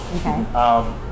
Okay